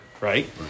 right